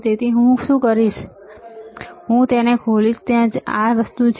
તેથી હું શું કરીશ હું તેને ખોલીશ ત્યાં જ આ વસ્તુ છે